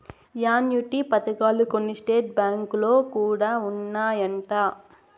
annuity పథకాలు కొన్ని state బ్యాంకులో కూడా ఉన్నాయంట